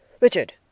Richard